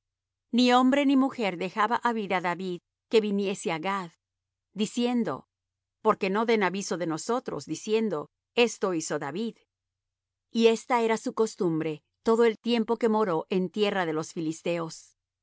ni hombre ni mujer dejaba á vida david que viniese á gath diciendo porque no den aviso de nosotros diciendo esto hizo david y esta era su costumbre todo el tiempo que moró en tierra de los filisteos y